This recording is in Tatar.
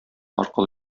аркылы